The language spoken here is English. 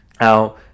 Now